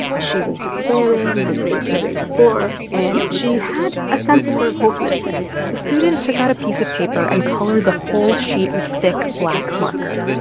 she was despairing, her grades were really poor, and she had a sense of sort of hopelessness the student took out a piece of paper and colored the whole sheet with thick black marker.